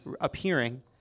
appearing